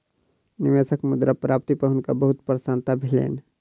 निवेशक मुद्रा प्राप्ति पर हुनका बहुत प्रसन्नता भेलैन